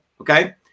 Okay